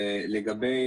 לגבי